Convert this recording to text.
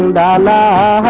and da da